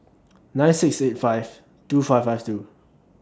nine six eight five two five five two